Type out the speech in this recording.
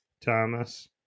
Thomas